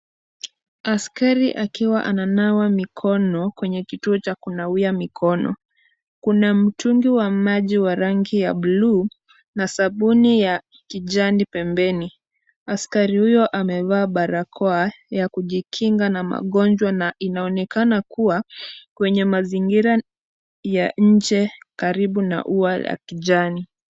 Askari akiwa ananawa mikono kwenye kituo cha kunawia mikono, kuna mtungi wa maji wa rangi ya bluu na sabuni ya kijani pembeni, askari huyo amevaa barakoa ya kujikinga na magonjwa na inaonekana kuwa kwenye mazingira ya nje karibu na ua la kijani.